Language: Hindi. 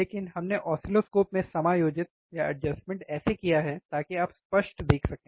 लेकिन हमने ऑसिलोस्कोप में समायोजित ऐसे किया है ताकि आप स्पष्ट देख सकें